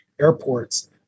airports